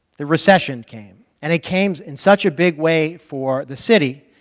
the recession came, and it came in such a big way for the city,